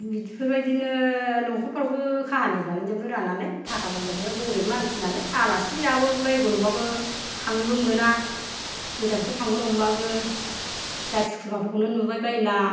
बिफोरबायदिनो नखरफ्रावबो काहानिफ्रानो जोबनो रोङा नालाय थाखा फैसायाबो गोरिब मानसि नालाय आलासि जाबाय बायगौ नंबाबो थांनोबो मोना गोजानफ्राव थांनो नंबाबो जाथि खुमाफोरखौनो नुबाय बायला